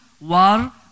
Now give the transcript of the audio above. war